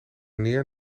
neer